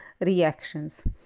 reactions